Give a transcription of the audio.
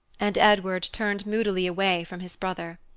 and edward turned moodily away from his brother.